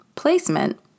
placement